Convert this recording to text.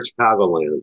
Chicagoland